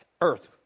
earth